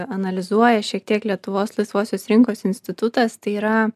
analizuoja šiek tiek lietuvos laisvosios rinkos institutas tai yra